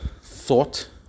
thought